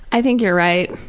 i think you're right,